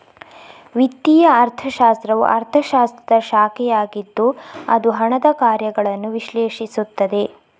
ವಿತ್ತೀಯ ಅರ್ಥಶಾಸ್ತ್ರವು ಅರ್ಥಶಾಸ್ತ್ರದ ಶಾಖೆಯಾಗಿದ್ದು ಅದು ಹಣದ ಕಾರ್ಯಗಳನ್ನು ವಿಶ್ಲೇಷಿಸುತ್ತದೆ